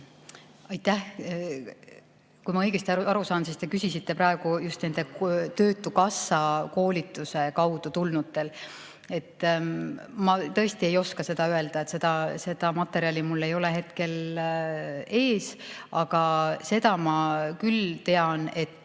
Aitäh! Kui ma õigesti aru saan, siis te küsisite praegu just nende töötukassa koolituse kaudu tulnute kohta. Ma tõesti ei oska seda öelda, seda materjali mul ei ole hetkel ees. Aga seda ma küll tean, et